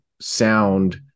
sound